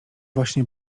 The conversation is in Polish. właśnie